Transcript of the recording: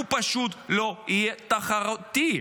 הוא פשוט לא יהיה תחרותי.